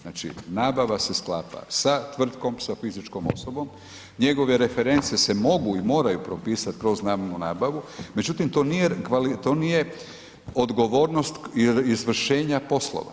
Znači, nabava se sklapa sa tvrtkom, sa fizičkom osobom, njegove reference se mogu i moraju propisat kroz javnu nabavu međutim to nije odgovornost izvršenja poslova.